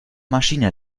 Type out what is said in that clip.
maschine